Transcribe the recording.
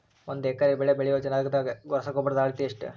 ಒಂದ್ ಎಕರೆ ಬೆಳೆ ಬೆಳಿಯೋ ಜಗದಾಗ ರಸಗೊಬ್ಬರದ ಅಳತಿ ಎಷ್ಟು?